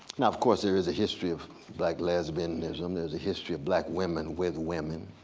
now of course there is a history of black lesbianism. there's a history of black women with women.